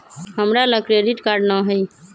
हमरा लग credit card नऽ हइ